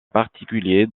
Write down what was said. particulier